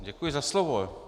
Děkuji za slovo.